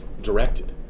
directed